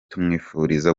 tumwifuriza